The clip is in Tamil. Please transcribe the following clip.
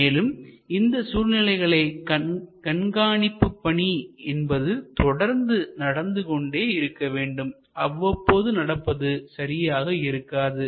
மேலும் இந்த சூழ்நிலைகளை கண்காணிப்பு பணி என்பது தொடர்ந்து நடந்து கொண்டே இருக்க வேண்டும்அவ்வப்போது நடப்பது சரியாக இருக்காது